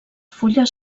fulles